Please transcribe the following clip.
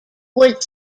would